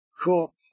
Cool